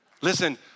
Listen